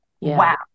Wow